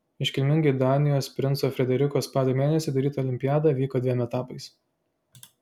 iškilmingai danijos princo frederiko spalio mėnesį atidaryta olimpiada vyko dviem etapais